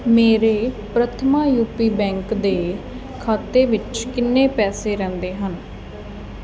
ਮੇਰੇ Prathama UP bank ਦੇ ਖਾਤੇ ਵਿੱਚ ਕਿੰਨੇ ਪੈਸੇ ਰਹਿੰਦੇ ਹਨ